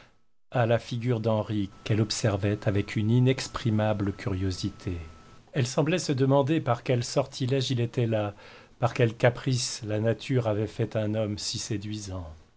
à la figure d'henri qu'elle observait avec une inexprimable curiosité elle semblait se demander par quel sortilége il était là par quel caprice la nature avait fait un homme si séduisant